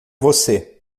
você